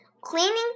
Cleaning